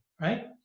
Right